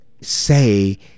say